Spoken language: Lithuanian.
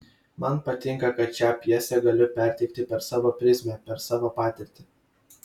man patinka kad šią pjesę galiu perteikti per savo prizmę per savo patirtį